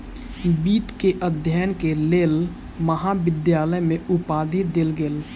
वित्त के अध्ययन के लेल महाविद्यालय में उपाधि देल गेल